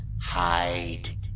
hide